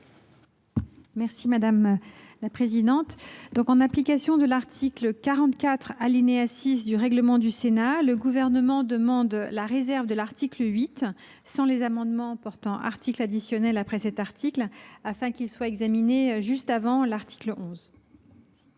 est à Mme la ministre. En application de l’article 44, alinéa 6, du règlement du Sénat, le Gouvernement demande la réserve de l’article 8, sans les amendements portant article additionnel après cet article, afin que celui ci soit examiné juste avant l’article 11.